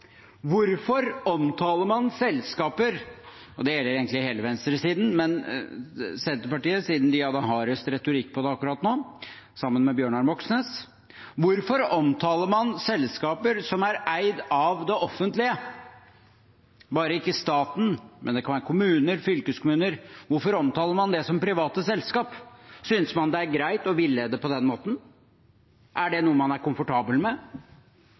og det gjelder egentlig hele venstresiden, men siden Senterpartiet hadde hardest retorikk på det akkurat nå, sammen med Bjørnar Moxnes: Hvorfor omtaler man selskaper som er eid av det offentlige – bare ikke staten, men det kan være kommuner, fylkeskommuner – som private selskap? Synes man det er greit å villede på den måten? Er det noe man er komfortabel med?